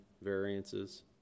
variances